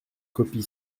copie